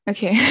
Okay